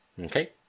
Okay